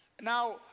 Now